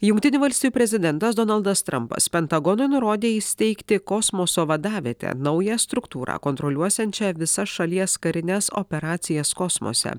jungtinių valstijų prezidentas donaldas trampas pentagonui nurodė įsteigti kosmoso vadavietę naują struktūrą kontroliuosiančią visas šalies karines operacijas kosmose